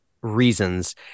reasons